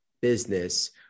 business